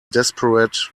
desperate